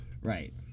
Right